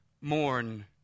mourn